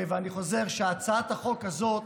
ואני חוזר, שהצעת החוק הזאת